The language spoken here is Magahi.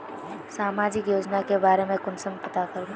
सामाजिक योजना के बारे में कुंसम पता करबे?